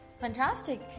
Fantastic